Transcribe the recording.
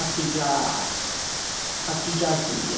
a piggia, a piggia asbrio.